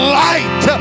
light